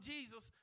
Jesus